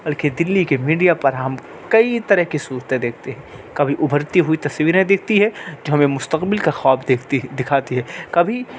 بلکہ دلی کے میڈیا پر ہم کئی طرح کی صورتیں دیکھتے ہیں کبھی ابھرتی ہوئی تصویریں دکھتی ہیں جو ہمیں مستقبل کا خواب دیکھتی دکھاتی ہے کبھی